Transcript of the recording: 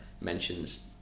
mentions